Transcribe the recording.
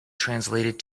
translated